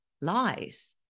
lies